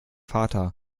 vater